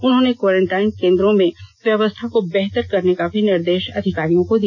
उन्होंने क्वारेंटाइन केंद्रों में व्यवस्था को बेहतर करने का भी निर्देश अधिकारियों को दिया